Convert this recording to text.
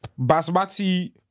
Basmati